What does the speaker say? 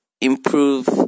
improve